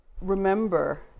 remember